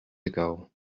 ago